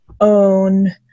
own